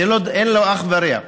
אין לו אח ורע.